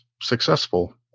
successful